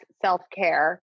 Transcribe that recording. self-care